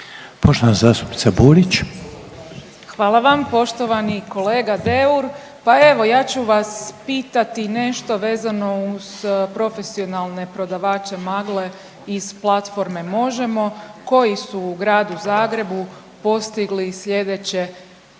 **Burić, Majda (HDZ)** Hvala vam. Poštovani kolega Deur pa evo ja ću vas pitati nešto vezano uz profesionalne prodavače magle iz platforme Možemo koji su u Gradu Zagrebu postigli sljedeće